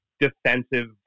defensive